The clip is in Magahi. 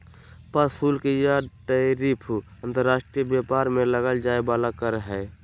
प्रशुल्क या टैरिफ अंतर्राष्ट्रीय व्यापार में लगल जाय वला कर हइ